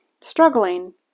struggling